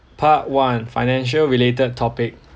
part one financial related topic